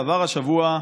"עבר השבוע.